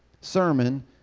sermon